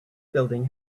building